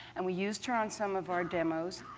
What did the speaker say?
and we used her on some of our demos.